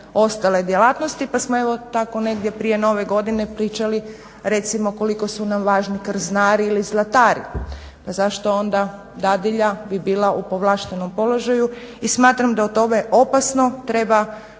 ostale djelatnosti pa smo evo tako negdje prije nove godine pričali recimo koliko su nam važni krznari ili zlatari. Pa zašto bi onda dadilja bila u povlaštenom položaju. I smatram da o tome opasno treba